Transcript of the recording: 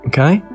Okay